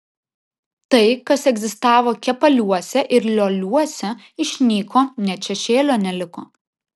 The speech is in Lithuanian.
tai kas egzistavo kepaliuose ir lioliuose išnyko net šešėlio neliko